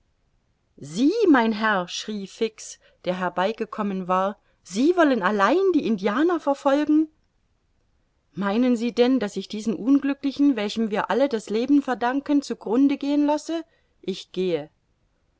sie mein herr schrie fix der herbeigekommen war sie wollen allein die indianer verfolgen meinen sie denn daß ich diesen unglücklichen welchem wir alle das leben verdanken zu grunde gehen lasse ich gehe